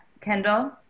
Kendall